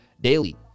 Daily